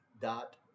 dot